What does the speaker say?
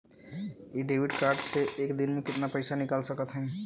इ debit card से एक दिन मे कितना पैसा निकाल सकत हई?